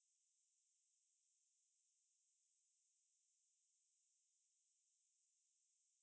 offing the instead of using the air con you can just like use fan lah something like small things lah basically